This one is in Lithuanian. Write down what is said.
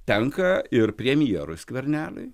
tenka ir premjerui skverneliui